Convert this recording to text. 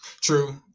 True